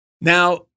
now